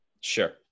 Sure